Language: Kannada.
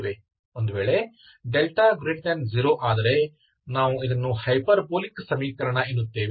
ಒಂದು ವೇಳೆ ∆ 0 ಆದರೆ ನಾವು ಇದನ್ನು ಹೈಪರ್ಬೋಲಿಕ್ ಸಮೀಕರಣ ಎನ್ನುತ್ತೇವೆ